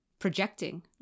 projecting